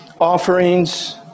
offerings